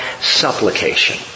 supplication